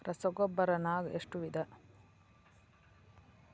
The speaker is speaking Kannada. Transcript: ರಸಗೊಬ್ಬರ ನಾಗ್ ಎಷ್ಟು ವಿಧ?